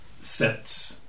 sets